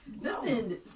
listen